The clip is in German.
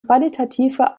qualitative